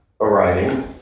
arriving